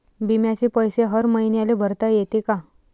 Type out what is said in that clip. बिम्याचे पैसे हर मईन्याले भरता येते का?